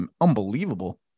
Unbelievable